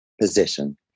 position